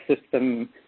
system